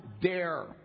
dare